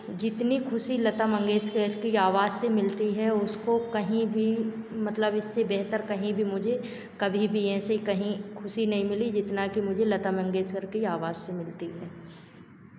जितनी खुशी लता मंगेशकर की आवाज से मिलती है उसको कहीं भी मतलब इससे बेहतर कहीं भी मुझे कभी भी ऐसे कहीं खुशी नहीं मिली जितना कि मुझे लता मंगेशकर की आवज से मिलती है